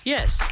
Yes